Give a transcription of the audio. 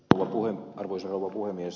arvoisa rouva puhemies